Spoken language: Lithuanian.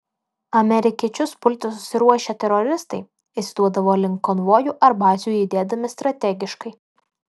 amerikiečius pulti susiruošę teroristai išsiduodavo link konvojų ar bazių judėdami strategiškai